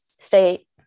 state